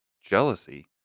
jealousy